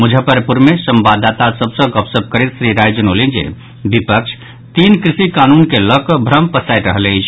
मुजफ्फरपुर मे संवाददाता सभ सँ गपशप करैत श्री राय जनौलनि जे विपक्ष तीन कृषि कानून के लऽ कऽ भ्रम पसारि रहल अछि